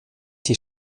die